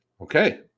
Okay